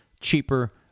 cheaper